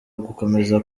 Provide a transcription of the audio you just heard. gukomeza